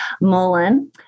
Mullen